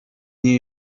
nie